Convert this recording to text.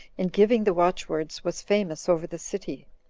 in giving the watchwords, was famous over the city.